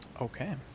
Okay